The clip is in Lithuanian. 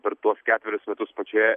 per tuos ketverius metus pačioje